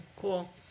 cool